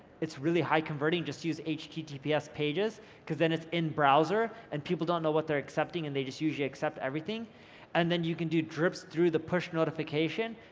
it's really high converting just use https pages because then it's in-browser and people don't know what they're accepting and they just usually accept everything and then you can do drips through the push notification,